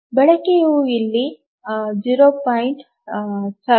ಬಳಕೆಯು ಅಲ್ಲಿ 0